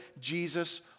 Jesus